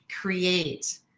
create